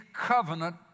covenant